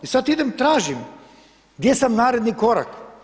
I sad idem, tražim gdje sam naredni korak.